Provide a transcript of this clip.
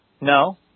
No